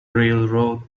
railroad